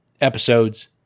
episodes